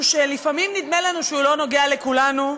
שלפעמים נדמה לנו שהוא לא נוגע לכולנו,